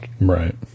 Right